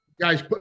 Guys